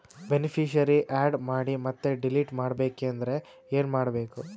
Beneficiary, add ಮಾಡಿ ಮತ್ತೆ delete ಮಾಡಬೇಕೆಂದರೆ ಏನ್ ಮಾಡಬೇಕು?